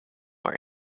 are